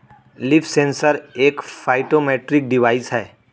leaf sensor एक phytometric device है